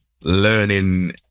learning